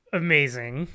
amazing